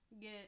get